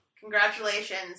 Congratulations